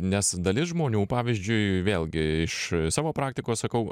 nes dalis žmonių pavyzdžiui vėlgi iš savo praktikos sakau